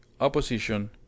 opposition